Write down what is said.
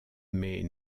mais